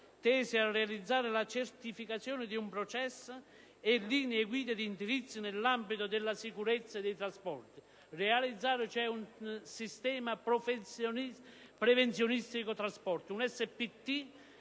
tese a realizzare la certificazione di un processo e di linee guida di indirizzo nell'ambito della sicurezza dei trasporti, realizzando un sistema prevenzionistico dei trasporti (un SPT)